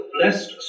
blessed